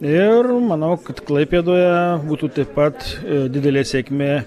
ir manau kad klaipėdoje būtų taip pat didele sėkmė